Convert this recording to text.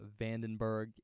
Vandenberg